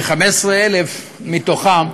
כ-15,000 מהם,